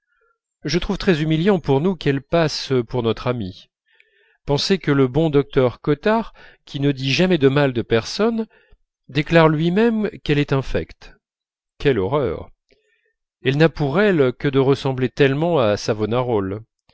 je trouve très humiliant pour nous qu'elle passe pour notre amie pensez que le bon docteur cottard qui ne dit jamais de mal de personne déclare lui-même qu'elle est infecte quelle horreur elle n'a pour elle que de ressembler tellement à